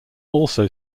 also